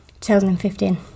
2015